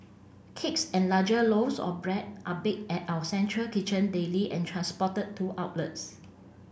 cakes and larger loaves of bread are baked at our central kitchen daily and transported to outlets